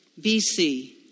bc